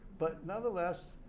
but nonetheless,